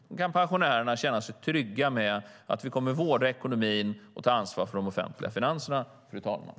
Då kan pensionärerna känna sig trygga med att vi kommer att vårda ekonomin och ta ansvar för de offentliga finanserna, fru talman.